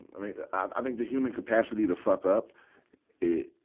i mean, i think the human capacity to fuck up is,